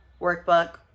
workbook